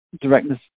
directness